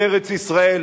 בארץ-ישראל,